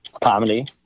Comedy